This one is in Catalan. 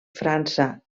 frança